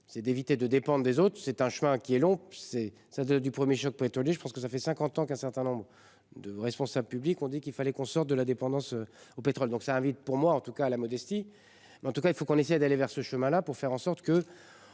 c'est d'éviter de dépendre des autres, c'est un chemin qui est long c'est ça de, du 1er choc pétrolier, je pense que ça fait 50 ans qu'un certain nombre de responsables publics ont dit qu'il fallait qu'on sorte de la dépendance au pétrole. Donc ça va vite pour moi en tout cas à la modestie, mais en tout cas il faut qu'on essaie d'aller vers ce chemin là pour faire en sorte que